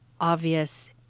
obvious